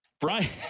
Brian